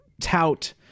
tout